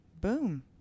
Boom